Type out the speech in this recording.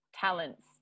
talents